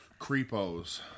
creepos